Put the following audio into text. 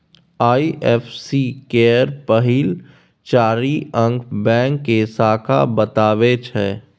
IFSC केर पहिल चारि अंक बैंक के शाखा बताबै छै